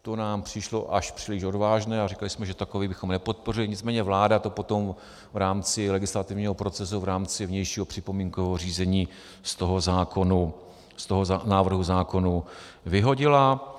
To nám přišlo až příliš odvážné a říkali jsme, že takový bychom nepodpořili, nicméně vláda to potom v rámci legislativního procesu, v rámci vnějšího připomínkového řízení z toho návrhu zákona vyhodila.